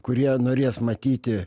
kurie norės matyti